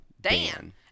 Dan